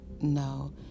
no